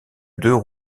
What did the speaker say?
deux